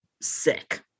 sick